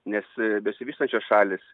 nes besivystančios šalys